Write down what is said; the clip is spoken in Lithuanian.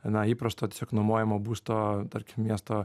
na įprasto tiesiog nuomojamo būsto tarkim miesto